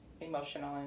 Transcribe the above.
emotional